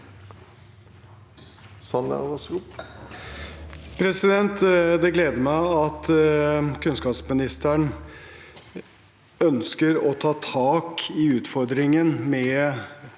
Det gleder meg at kunnskapsministeren ønsker å ta tak i utfordringen med